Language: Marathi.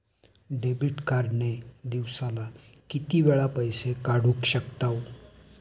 डेबिट कार्ड ने दिवसाला किती वेळा पैसे काढू शकतव?